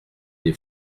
des